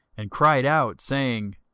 and cried out, saying,